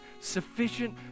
sufficient